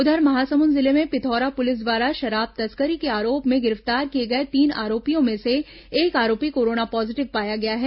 उधर महासमुंद जिले में पिथौरा पुलिस द्वारा शराब तस्करी के आरोप में गिरफ्तार किए गए तीन आरोपियों में से एक आरोपी कोरोना पॉजिटिव पाया गया है